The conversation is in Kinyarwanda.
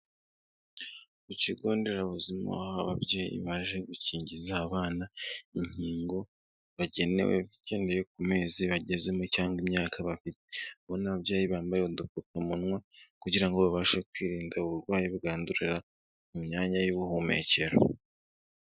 Ku kigo nderabuzima ababyeyi baje gukingiza abana inkingo bagenewe ibigendeye ku mezi bagezemo cyangwa imyaka bafite abo n'ababyeyi bambaye udupfumunwa kugira ngo babashe kwirinda uburwayi bwandurira mu myanya y'ubuhumekero.